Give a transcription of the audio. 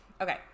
Okay